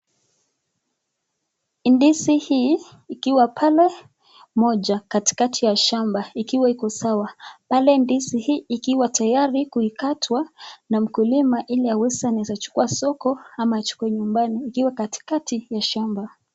Ndizi hii ikiwa pale moja, katikati ya shamba ikiwa iko sawa. Pale ndizi hii ikiwa tayari kukatwa na mkulima ili aweze anaeza chukua soko ama achukue nyumbani ikiwa katikakti ya shamba.